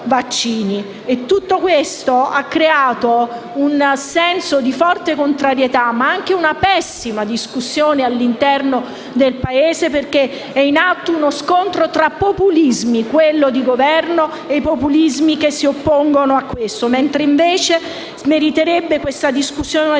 Tutto questo ha creato un senso di forte contrarietà ma anche una pessima discussione all'interno del Paese, perché è in atto uno scontro tra populismi: quello di Governo e quello che si oppone ad esso. Invece, la questione meriterebbe una discussione seria,